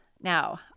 Now